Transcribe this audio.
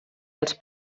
als